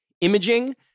imaging